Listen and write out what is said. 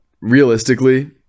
Realistically